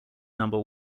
number